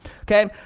Okay